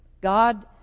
God